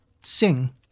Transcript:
Sing